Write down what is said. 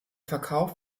verkauf